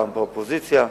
פעם באופוזיציה,